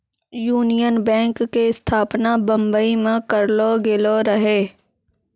union bank के स्थापना बंबई मे करलो गेलो रहै